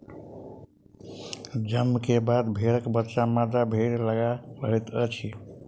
जन्म के बाद भेड़क बच्चा मादा भेड़ लग रहैत अछि